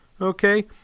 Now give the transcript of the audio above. Okay